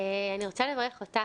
אני רוצה לברך אותך,